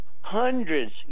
hundreds